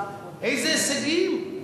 איזה הישגים?